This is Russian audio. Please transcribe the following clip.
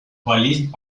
болезнь